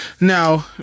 Now